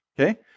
okay